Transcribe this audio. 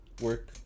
Work